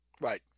Right